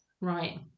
Right